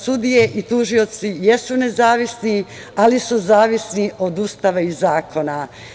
Sudije i tužioci jesu nezavisni, ali su zavisni od Ustava i zakona.